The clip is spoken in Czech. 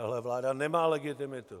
Tahle vláda nemá legitimitu.